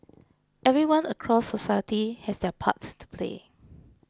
everyone across society has their part to play